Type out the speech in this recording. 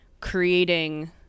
creating